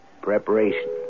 Preparation